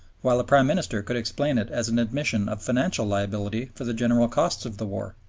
while the prime minister could explain it as an admission of financial liability for the general costs of the war.